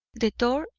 the door,